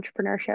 entrepreneurship